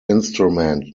instrument